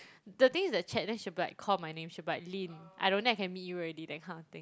the thing is the chat then she'll be call my name she'll be like Lynn I don't think I can meet you already that kind of thing